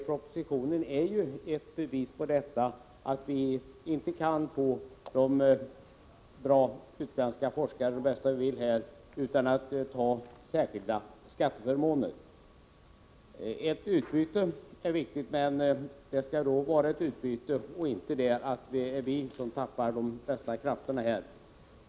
Propositionen är ett bevis på att vi inte kan få hit de bästa utländska forskarna utan att ge dem särskilda skatteförmåner. Ett utbyte är viktigt, men det skall vara ett utbyte och inte något som gör att vi tappar de bästa — Nr 50 krafterna.